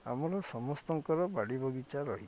ଆମର ସମସ୍ତଙ୍କର ବାଡ଼ି ବଗିଚା ରହିଛି